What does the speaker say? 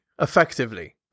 Effectively